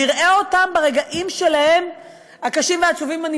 נראה אותם ברגעים הקשים והעצובים שלהם.